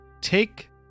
Take